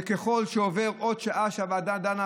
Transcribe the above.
שככל שעוברת עוד שעה שבה הוועדה דנה,